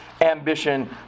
ambition